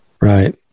Right